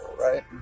right